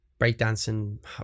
breakdancing